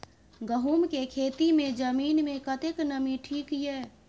गहूम के खेती मे जमीन मे कतेक नमी ठीक ये?